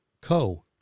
Co